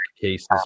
cases